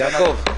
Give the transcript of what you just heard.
יעקב.